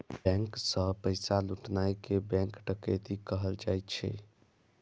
bank सं पैसा लुटनाय कें बैंक डकैती कहल जाइ छै